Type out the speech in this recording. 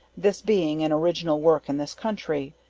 this being an original work in this country.